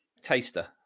taster